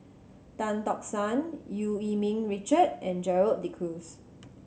Tan Tock San Eu Yee Ming Richard and Gerald De Cruz